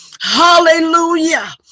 Hallelujah